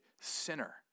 sinner